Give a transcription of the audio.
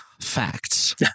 facts